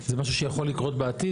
זה משהו שיכול לקרות בעתיד.